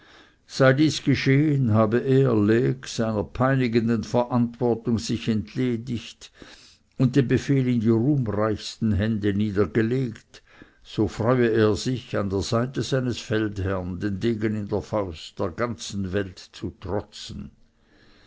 sei dies geschehen habe er lecques seiner peinigenden verantwortung sich entledigt und den befehl in die ruhmreichsten hände niedergelegt so freue er sich an der seite seines feldherrn den degen in der faust der ganzen welt zu trotzen